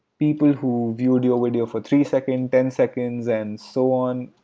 people who viewed your video for three seconds, ten seconds and so on.